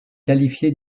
qualifié